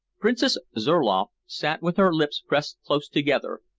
princess zurloff sat with her lips pressed close together,